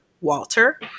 Walter